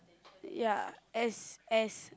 ya as as